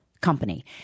company